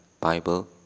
Bible